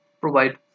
provide